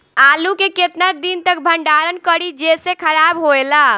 आलू के केतना दिन तक भंडारण करी जेसे खराब होएला?